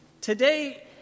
Today